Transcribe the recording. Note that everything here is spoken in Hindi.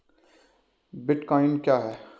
बिटकॉइन क्या है?